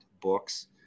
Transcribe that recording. books